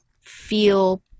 feel